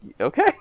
Okay